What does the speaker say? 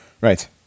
Right